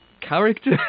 character